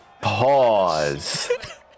Pause